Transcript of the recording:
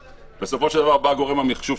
בסופו של דבר בא גורם המחשוב,